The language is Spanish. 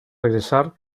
regresar